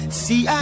see